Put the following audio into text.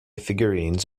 figurines